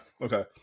okay